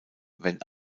wenn